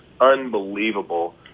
unbelievable